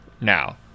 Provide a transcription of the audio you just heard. now